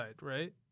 right